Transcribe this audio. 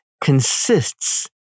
Consists